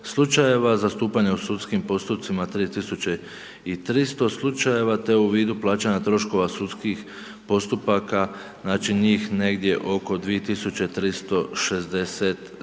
slučajeva, zastupanje u sudskim postupcima 3300 te u vidu plaćanja troškova sudskih postupaka, znači njih negdje oko 2362.